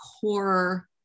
core